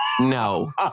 no